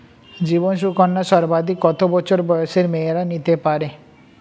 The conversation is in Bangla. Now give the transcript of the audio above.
জীবন সুকন্যা সর্বাধিক কত বছর বয়সের মেয়েরা নিতে পারে?